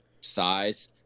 size